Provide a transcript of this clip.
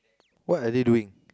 what are they doing